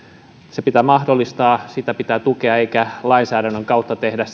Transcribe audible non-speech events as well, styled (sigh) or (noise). pitää mahdollistaa sitä pitää tukea eikä lainsäädännön kautta pidä tehdä (unintelligible)